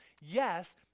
Yes